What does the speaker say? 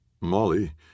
Molly